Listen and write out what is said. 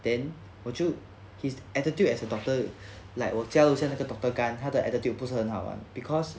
then 我就 his attitude as a doctor like 我叫一下那个 doctor gan 他的 attitude 不是很好 ah because